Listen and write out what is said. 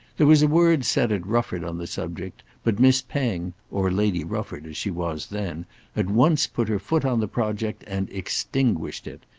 there was a word said at rufford on the subject, but miss penge or lady rufford as she was then at once put her foot on the project and extinguished it.